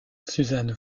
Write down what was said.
suzanne